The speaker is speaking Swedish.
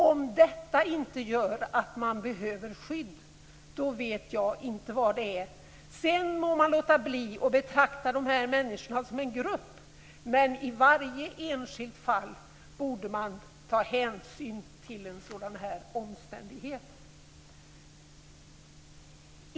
Om detta inte gör att man behöver skydd vet jag inte vad det är. Sedan må man låta bli att betrakta de här människorna som en grupp. Men i varje enskilt fall borde man ta hänsyn till en sådan här omständighet.